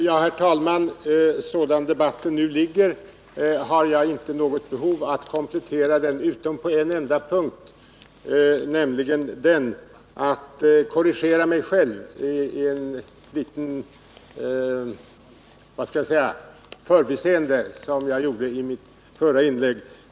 Herr talman! Sådan debatten nu förs har jag inte något behov av att komplettera den utom på en enda punkt — genom att korrigera mig själv. I mitt förra inlägg gjorde jag ett förbiseende.